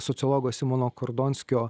sociologo simono kordonskio